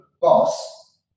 boss